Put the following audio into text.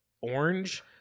orange